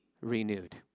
renewed